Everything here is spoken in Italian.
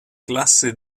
classe